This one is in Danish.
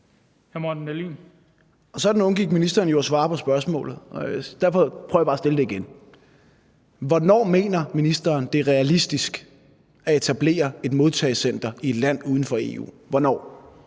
(V): Sådan undgik ministeren jo at svare på spørgsmålet. Derfor prøver jeg bare at stille det igen: Hvornår mener ministeren det er realistisk at etablere et modtagecenter i et land uden for EU? Hvornår?